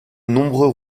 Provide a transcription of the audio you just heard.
nombreux